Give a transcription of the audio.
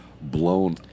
blown